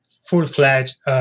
full-fledged